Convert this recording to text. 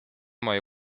mojej